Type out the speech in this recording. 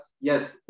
yes